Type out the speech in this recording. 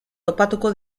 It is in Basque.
topatuko